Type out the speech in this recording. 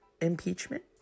impeachment